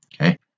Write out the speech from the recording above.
Okay